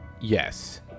yes